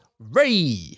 Ray